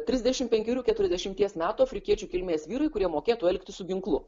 trisdešimt penkerių keturiasdešimties metų afrikiečių kilmės vyrai kurie mokėtų elgtis su ginklu